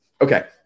Okay